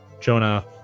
Jonah